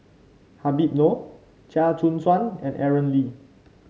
Habib Noh Chia Choo Suan and Aaron Lee